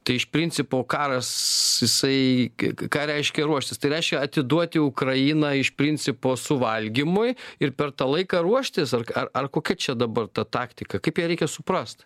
tai iš principo karas jisai gi ką reiškia ruoštis tai reiškia atiduoti ukrainą iš principo suvalgymui ir per tą laiką ruoštis ar ar ar kokia čia dabar ta taktika kaip ją reikia suprast